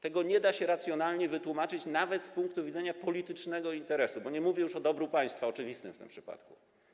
Tego nie da się racjonalnie wytłumaczyć nawet z punktu widzenia politycznego interesu, bo nie mówię już o dobru państwa, oczywistym w tym przypadku.